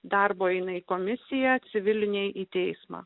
darbo jinai komisija civiliniai į teismą